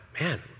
man